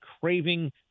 craving